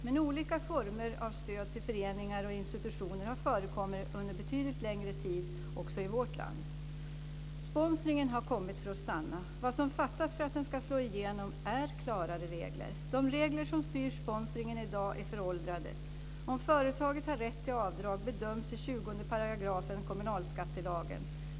Men olika former av stöd till föreningar och institutioner har förekommit under betydligt längre tid också i vårt land. Sponsringen har kommit för att stanna. Vad som fattas för att den ska slå igenom är klarare regler. De regler som styr sponsringen i dag är föråldrade. Om företaget har rätt till avdrag bedöms i 20 § kommunalskattelagen.